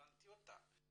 הבנתי אותה.